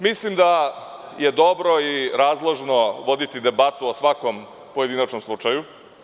Mislim da je dobro i razložno voditi debatu o svakom pojedinačnom slučaju.